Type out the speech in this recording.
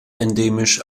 endemisch